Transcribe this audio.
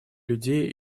людей